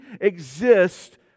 exist